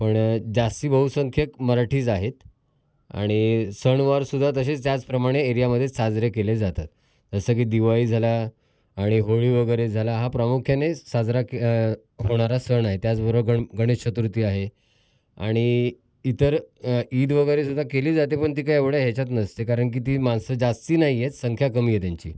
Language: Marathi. पण जास्ती बहुसंख्यक मराठीच आहेत आणि सणवारसुद्धा तसेच त्याचप्रमाणे एरियामदेच साजरे केले जातात जसं की दिवाळी झाला आणि होळी वगैरे झाला हा प्रामुख्याने साजरा के होणारा सण आहे त्याचबरोबर गण गणेश चतुर्थी आहे आणि इतर ईद वगैरेसुद्धा केली जाते पण ती काय एवढ्या ह्याच्यात नसते कारण की ती माणसं जास्ती नाही आहेत संख्या कमी आहे त्यांची